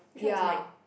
ya